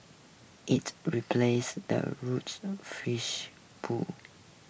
it replaces the roofs fish pool